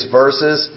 verses